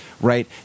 Right